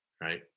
right